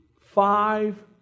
five